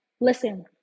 listen